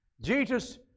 Jesus